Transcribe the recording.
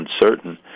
uncertain